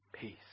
peace